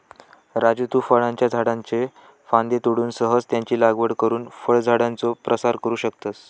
राजू तु फळांच्या झाडाच्ये फांद्ये तोडून सहजच त्यांची लागवड करुन फळझाडांचो प्रसार करू शकतस